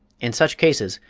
in such cases,